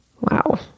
Wow